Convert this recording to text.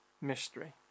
mystery